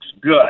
good